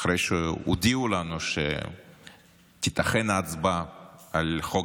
אחרי שהודיעו לנו שתיתכן הצבעה על החוק